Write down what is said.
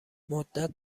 مدت